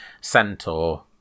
centaur